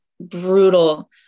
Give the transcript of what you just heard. brutal